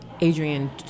Adrian